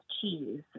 cheese